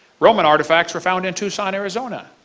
roman artifacts were found in tucson, arizona.